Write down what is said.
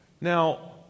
now